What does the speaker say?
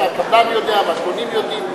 כשהקבלן יודע והקונים יודעים,